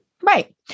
Right